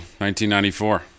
1994